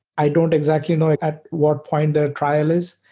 i don't exactly know at what point their trial is.